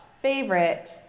Favorite